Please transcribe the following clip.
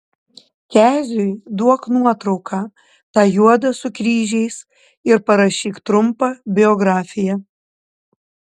keziui duok nuotrauką tą juodą su kryžiais ir parašyk trumpą biografiją